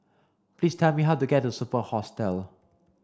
please tell me how to get to Superb Hostel